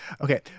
okay